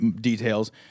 details